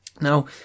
now